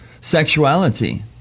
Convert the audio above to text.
Sexuality